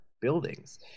buildings